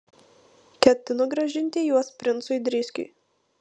ketinu grąžinti juos princui driskiui